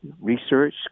research